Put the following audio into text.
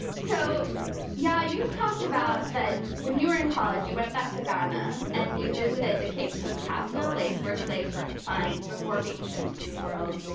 so yaa, you talked about that when you were in college, you went back to ghana, and you visited the cape coast castle place where slaves were confined before being shipped to the new world,